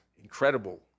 incredible